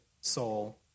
soul